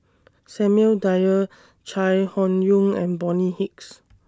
Samuel Dyer Chai Hon Yoong and Bonny Hicks